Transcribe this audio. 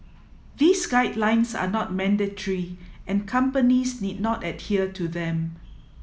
these guidelines are not mandatory and companies need not adhere to them